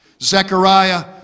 Zechariah